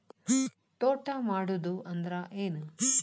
ತೋಟ ಮಾಡುದು ಅಂದ್ರ ಏನ್?